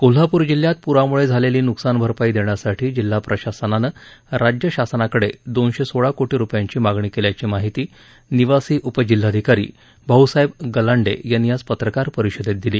कोल्हापूर जिल्ह्यात पुरामुळे झालेली नुकसान भरपाई देण्यासाठी जिल्हा प्रशासनानं राज्य शासनाकडे दोनशे सोळा कोटी रुपयांची मागणी केल्याची माहिती निवासी उपजिल्हाधिकारी भाऊसाहेब गलांडे यांनी आज पत्रकार परिषदेत दिली